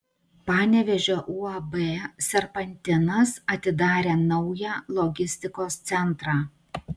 panevėžio uab serpantinas atidarė naują logistikos centrą